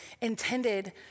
intended